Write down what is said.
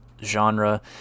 genre